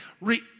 Re-